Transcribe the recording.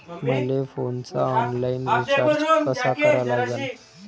मले फोनचा online recharge कसा करा लागन?